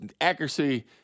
accuracy